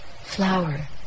flower